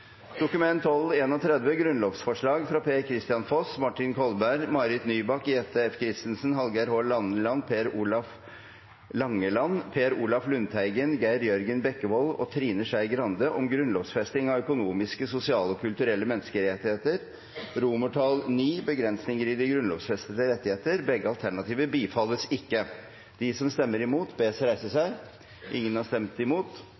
Dokument 12:31 – Grunnlovsforslag fra Per-Kristian Foss, Martin Kolberg, Marit Nybakk, Jette F. Christensen, Hallgeir H. Langeland, Per Olaf Lundteigen, Geir Jørgen Bekkevold og Trine Skei Grande om grunnlovfesting av økonomiske, sosiale og kulturelle menneskerettigheter – alternativ 2 B – bifalles. Under debatten er det satt frem i alt to forslag. Det er forslag nr. 1, fra Hans Fredrik Grøvan på vegne av Kristelig Folkeparti, Miljøpartiet De